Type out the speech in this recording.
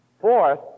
Fourth